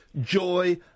joy